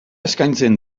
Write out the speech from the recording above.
eskaintzen